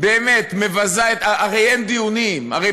באמת מבזה, הרי אין דיונים, הרי